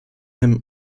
him